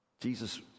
Jesus